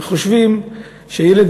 חושבים שילד,